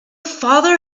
father